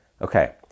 Okay